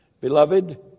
Beloved